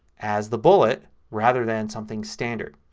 as the bullet rather than something standard.